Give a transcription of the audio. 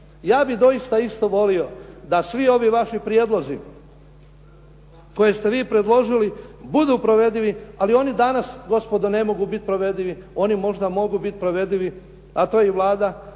Ja bih doista isto volio da svi ovi vaši prijedlozi koje ste vi predložili budu provedivi ali oni danas gospodo ne mogu biti provedivi, oni možda mogu bit provedivi a to je i Vlada